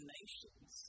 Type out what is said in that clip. nations